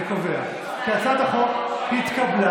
אני קובע כי הצעת החוק התקבלה,